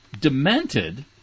demented